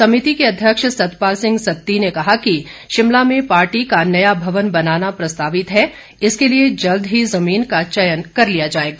समिति के अध्यक्ष सतपाल सिंह सत्ती ने कहा कि शिमला में पार्टी का नया भवन बनाना प्रस्तावित है इसके लिए जल्द ही जमीन का चयन कर लिया जाएगा